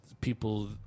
people